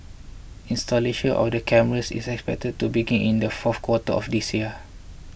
installation of the cameras is expected to begin in the fourth quarter of this year